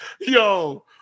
Yo